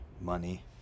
money